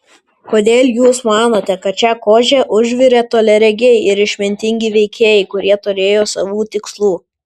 kodėl jūs manote kad šią košę užvirė toliaregiai ir išmintingi veikėjai kurie turėjo savų tikslų